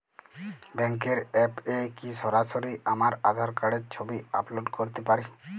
ব্যাংকের অ্যাপ এ কি সরাসরি আমার আঁধার কার্ডের ছবি আপলোড করতে পারি?